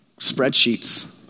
spreadsheets